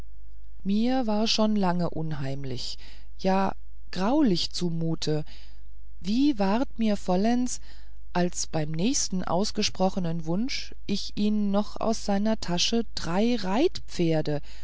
mir war schon lang unheimlich ja graulich zu mute wie ward mir vollends als beim nächst ausgesprochenen wunsch ich ihn noch aus seiner tasche drei reitpferde